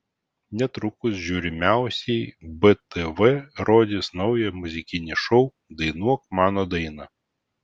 netrukus žiūrimiausiai btv rodys naują muzikinį šou dainuok mano dainą